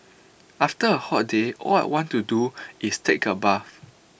after A hot day all I want to do is take A bath